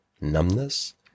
numbness